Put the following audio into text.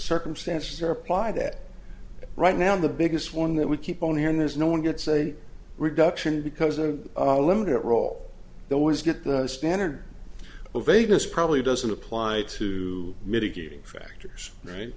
circumstances there apply that right now the biggest one that we keep on here and there's no one gets a reduction because a limit roll they always get the standard of vegas probably doesn't apply to mitigating factors right